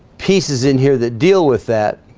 pieces in here that deal with that,